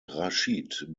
rashid